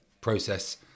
process